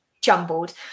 jumbled